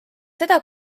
seda